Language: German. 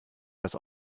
das